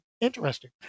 Interesting